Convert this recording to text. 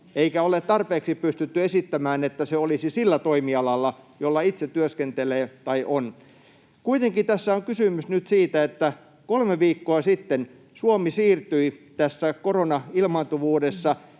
eikä ole tarpeeksi pystytty esittämään, että se olisi sillä toimialalla, jolla itse työskentelee tai on. Kuitenkin tässä on kysymys nyt siitä, että kolme viikkoa sitten Suomi siirtyi koronailmaantuvuudessa